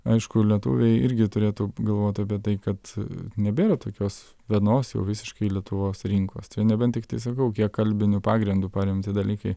aišku lietuviai irgi turėtų galvot apie tai kad nebėra tokios vienos jau visiškai lietuvos rinkos nebent tiktai sakau kiek kalbiniu pagrindu paremti dalykai